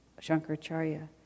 Shankaracharya